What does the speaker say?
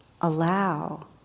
Allow